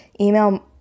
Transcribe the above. email